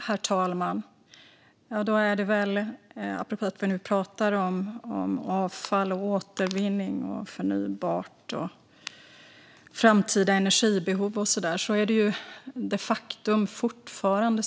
Herr talman! Vi pratar nu om avfall, återvinning, förnybart, framtida energibehov och så vidare.